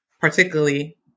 particularly